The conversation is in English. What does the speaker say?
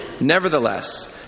Nevertheless